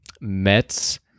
Mets